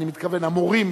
אני מתכוון המורים,